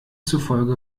zufolge